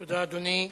תודה, אדוני.